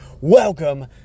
welcome